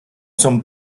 com